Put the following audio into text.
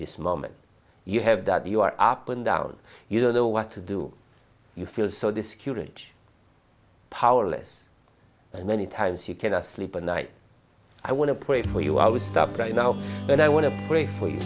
this moment you have that you are up and down you don't know what to do you feel so this huge powerless and many times you cannot sleep at night i want to play for you i was stopped right now but i want to pray for you